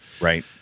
Right